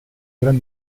gran